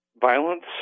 violence